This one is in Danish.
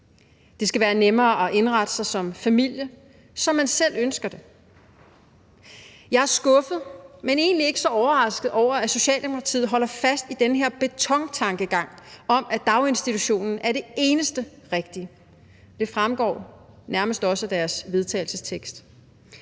Det skal være nemmere at indrette sig som familie, som man selv ønsker det. Jeg er skuffet, men egentlig ikke så overrasket over, at Socialdemokratiet holder fast i den her betontankegang om, at daginstitutionen er det eneste rigtige. Det fremgår nærmest også af deres vedtagelsestekst.